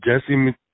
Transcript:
Jesse